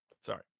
Sorry